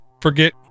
forget